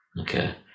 Okay